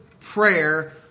prayer